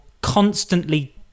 constantly